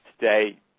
today